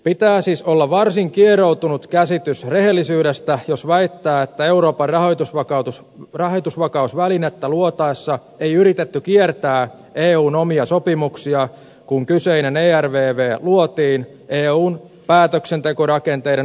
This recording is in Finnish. pitää siis olla varsin kieroutunut käsitys rehellisyydestä jos väittää että euroopan rahoitusvakausvälinettä luotaessa ei yritetty kiertää eun omia sopimuksia kun kyseinen ervv luotiin eun päätöksentekorakenteiden ulkopuolelle